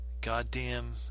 goddamn